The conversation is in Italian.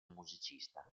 musicista